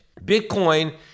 Bitcoin